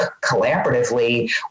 collaboratively